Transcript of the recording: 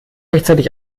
rechtzeitig